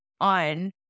on